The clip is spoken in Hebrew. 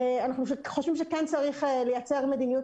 אנחנו חושבים שכן צריך לייצר מדיניות